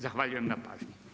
Zahvaljujem na pažnji.